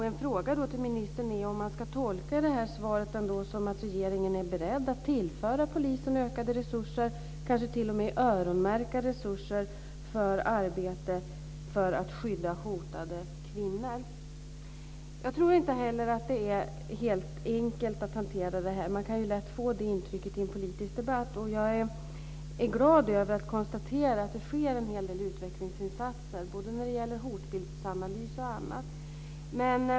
En fråga till ministern är om man ska tolka det här svaret som att regeringen är beredd att tillföra polisen ökade resurser, kanske t.o.m. öronmärka resurser, för arbete för att skydda hotade kvinnor. Jag tror inte heller att det är helt enkelt att hantera det här. Man kan lätt få det intrycket i en politisk debatt. Jag är glad över att konstatera att det sker en hel del utvecklingsinsatser när det gäller både hotbildsanalys och annat.